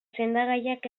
sendagaiak